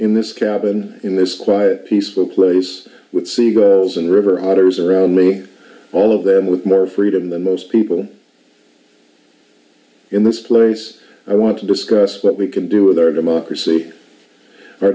in this cabin in this quiet peaceful place with sea goes and river otters around me all of them with more freedom than most people in this place i want to discuss what we can do with our democracy our